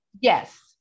Yes